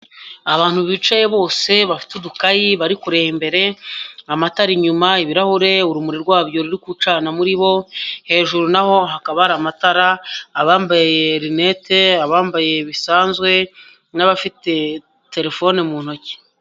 Abantu bicaye bose bafite udukayi bari kureba imbere, amatara inyuma, ibirahure, urumuri rwabyo ruri gucana muri bo, hejuru naho hakaba hari amatara, abambaye rinete, abambaye bisanzwe n'abafite telefone mu ntoki.